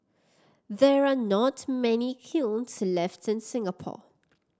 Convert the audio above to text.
there are not many kilns left in Singapore